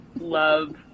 love